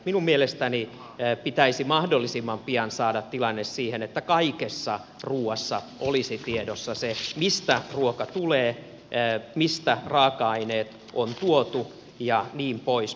minun mielestäni pitäisi mahdollisimman pian saada tilanne siihen että kaikessa ruuassa olisi tiedossa se mistä ruoka tulee mistä raaka aineet on tuotu ja niin poispäin